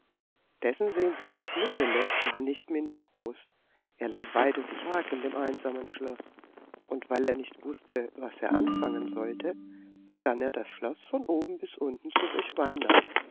dessen sehnsucht nach michele war nicht minder groß er langweilte sich arg in dem einsamen schloß und weil er nicht wußte was er anfangen sollte begann er das schloß von oben bis unten zu durchwandern